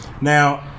now